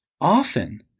Often